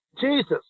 Jesus